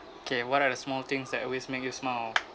K what are the small things that always make you smile